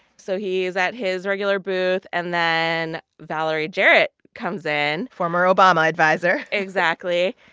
so he is at his regular booth. and then valerie jarrett comes in former obama adviser exactly.